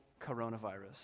coronavirus